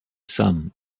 sun